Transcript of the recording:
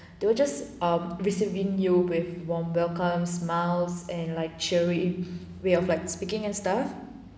they will just um receiving you with warm welcomes smiles and like cheery way of like speaking and stuff